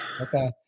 Okay